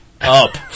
up